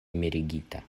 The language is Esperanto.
mirigita